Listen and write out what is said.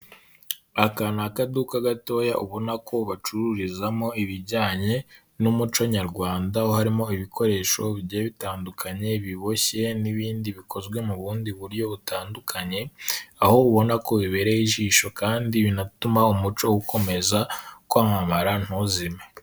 Aka ni akaduka gatoya ubona ko bacururizamo ibijyanye n'umuco nyarwanda, aho harimo ibikoresho bigiye bitandukanye, ibiboshye n'ibindi bikozwe mu bundi buryo butandukanye, aho ubona ko bibereye ijisho kandi binatuma umuco ukomeza kwamamara ntuzime.